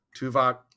Tuvok